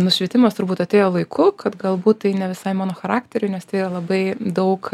nušvitimas turbūt atėjo laiku kad galbūt tai ne visai mano charakteriui nes tai yra labai daug